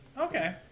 Okay